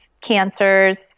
cancers